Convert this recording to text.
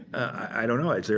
i don't know. what?